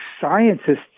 scientists